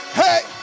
hey